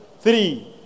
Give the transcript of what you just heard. three